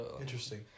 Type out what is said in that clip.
Interesting